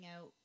out